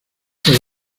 los